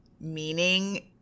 meaning